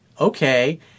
okay